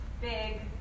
big